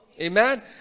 amen